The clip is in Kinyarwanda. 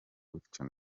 utyo